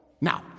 Now